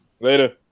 Later